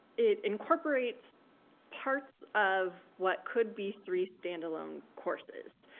it incorporates parts of what could be three standalone courses.